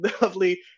lovely